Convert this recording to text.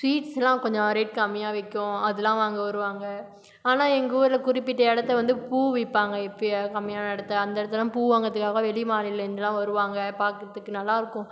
ஸ்வீட்ஸ்லாம் கொஞ்சம் ரேட் கம்மியாக விற்கும் அதுலாம் வாங்க வருவாங்க ஆனால் எங்கள் ஊரில் குறிப்பிட்ட இடத்த வந்து பூ விற்பாங்க எப்பயா கம்மியான இடத்த அந்த இடத்துல பூ வாங்கறதுக்காக வெளி மாநிலங்கலேருந்துலாம் வருவாங்க பார்க்குறதுக்கு நல்லாயிருக்கும்